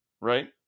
right